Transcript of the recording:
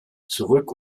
zurück